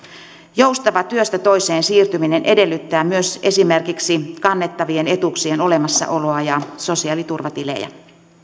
joustava työstä toiseen siirtyminen edellyttää myös esimerkiksi kannettavien etuuksien olemassaoloa ja sosiaaliturvatilejä